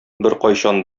беркайчан